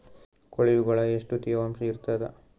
ಕೊಳವಿಗೊಳ ಎಷ್ಟು ತೇವಾಂಶ ಇರ್ತಾದ?